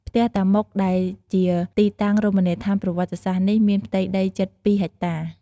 ផ្ទះតាម៉ុក ដែលជាទីតាំងរមនីយដ្ឋានប្រវត្តិសាស្ត្រនេះ មានផ្ទៃដីជិត ២ហិកតា។